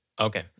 Okay